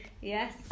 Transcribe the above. yes